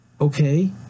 okay